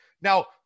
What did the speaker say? Now